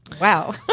Wow